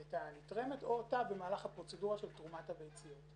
את הנתרמת או אותה במהלך הפרוצדורה של תרומת הביציות.